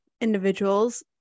individuals